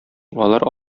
алар